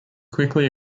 quickly